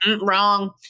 wrong